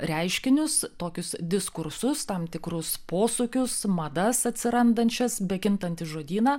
reiškinius tokius diskursus tam tikrus posūkius madas atsirandančias bekintantį žodyną